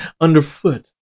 underfoot